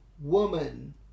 woman